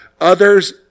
others